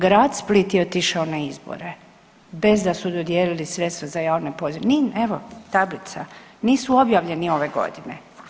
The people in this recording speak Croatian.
Grad Split je otišao na izbore bez da su dodijelili sredstva za javne pozive, nigdje, evo, tablica, nisu objavljeni ove godine.